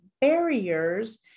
barriers